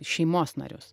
šeimos narius